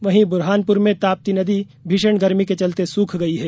वहीं बुरहानपुर में ताप्ती नदी भीषण गर्मी के चलते सुख गई है